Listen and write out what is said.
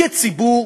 כציבור,